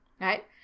Right